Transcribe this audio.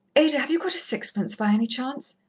ada, have you got a sixpence, by any chance?